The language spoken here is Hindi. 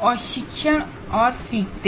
और लर्निंग के लिए चिंतित हैं